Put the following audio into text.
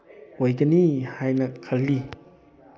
ꯑꯣꯏꯒꯅꯤ ꯍꯥꯏꯅ ꯈꯜꯂꯤ